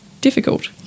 difficult